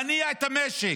להניע את המשק.